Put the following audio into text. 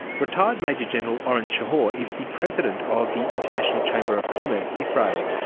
retired major general oren shachor is the president of the international chamber of commerce israel.